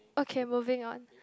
okay moving on